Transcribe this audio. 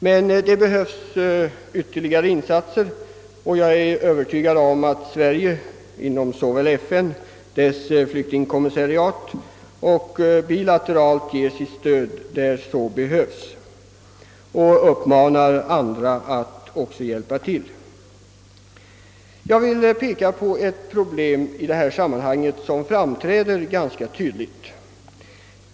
Men ytterligare insatser behövs, och jag är övertygad om att Sverige såväl multilateralt genom FN — i synnerhet genom dess flyktingkommissariat — som bilateralt ger sitt stöd där det behövs och uppmanar andra stater att också göra det. Jag vill ta upp ett problem som i detta sammanhang framträder ganska tydligt.